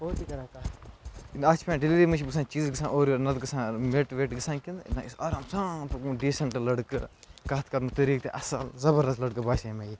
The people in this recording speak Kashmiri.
اَتھ چھِ پٮ۪وان ڈِلؤری منٛز چھِ گژھان چیٖزَس گژھان اورٕ یورٕ نَتہٕ گژھان میٚٹ ویٚٹ گژھان کِنہِ نہ یہِ اوس آرام سان پوٚکمُت ڈیٖسٮ۪نٛٹ لڑکہٕ کَتھ کَرنُک طریٖقہٕ اَصٕل زَبردست لڑکہ باسے مےٚ یہِ